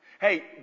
Hey